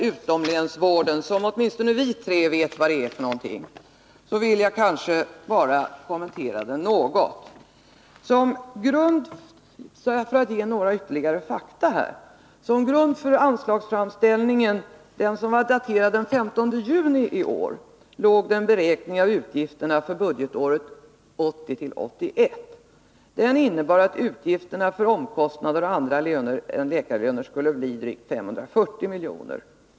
Utomlänsvården, som åtminstone vi tre vet vad det är för någonting, vill jag till sist bara kommentera för att ge några ytterligare fakta. Till grund för anslagsframställningen, som var daterad den 15 juni i år, låg en beräkning av utgifterna för budgetåret 1980/81. Den innebar att utgifterna för omkostnader och för andra löner än läkarlöner skulle bli drygt 540 milj.kr.